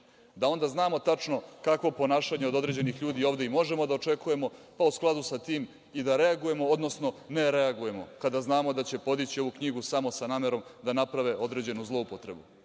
da ona znamo tačno kakvo ponašanje od određenih ljudi ovde i možemo da očekujemo, pa u skladu sa tim i da reagujemo, odnosno ne reagujemo, kada znamo da će podići ovu knjigu samo sa namerom da naprave određenu zloupotrebu.